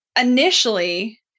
initially